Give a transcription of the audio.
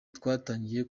twatangiye